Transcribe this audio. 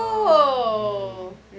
ya mm